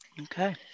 Okay